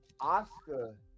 Oscar